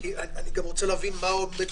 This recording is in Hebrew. אני רוצה להבין מה עומד